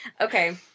Okay